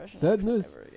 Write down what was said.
Sadness